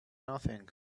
nothing